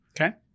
Okay